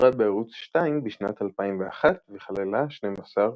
ששודרה בערוץ 2 בשנת 2001 וכללה 12 פרקים.